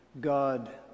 God